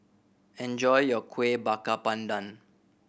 enjoy your Kueh Bakar Pandan